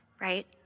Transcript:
right